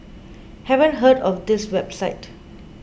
haven't heard of this website